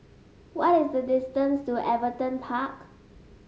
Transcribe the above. what is the distance to Everton Park